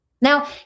Now